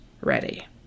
ready